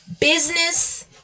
business